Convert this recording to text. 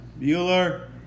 Bueller